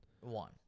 One